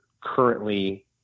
currently